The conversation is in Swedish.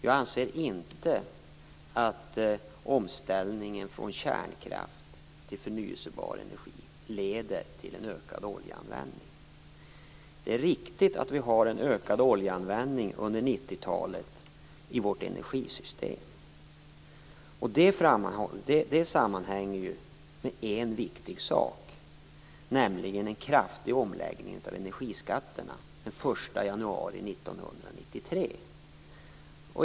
Jag anser inte att omställningen från kärnkraft till förnybar energi leder till en ökad användning av olja. Det är riktigt att vi har haft en ökad användning av olja i vårt energisystem under 90-talet. Det hänger samman med en viktig sak, nämligen en kraftig omläggning av energiskatterna den 1 januari 1993.